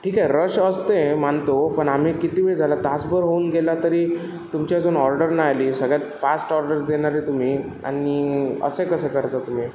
ठीक आहे रश असते मानतो पण आम्ही किती वेळ झाला तासभर होऊन गेला तरी तुमची अजून ऑर्डर नाही आली सगळ्यात फास्ट ऑर्डर देणारे तुम्ही आणि असे कसे करता तुम्ही